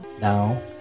Now